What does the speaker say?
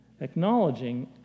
Acknowledging